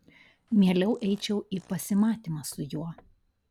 mieliau eičiau į pasimatymą su juo